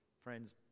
Friends